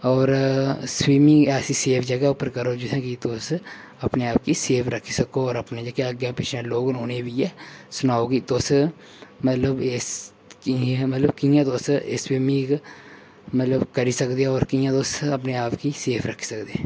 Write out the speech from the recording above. होर स्वीमिंग ऐसी सेफ जगह उप्पर करो जित्थें कि तुस अपने आप गी सेफ रक्खी सको होर अपने जेह्के अग्गें पिच्छें लोग न उ'नेंगी बी इयै सनाओ कि तुस मतलब इस कि मतलब कियां तुस एह् स्वीमिंग मतलब करी सकदे होर कियां तुस अपने आप गी सेफ रक्खी सकदे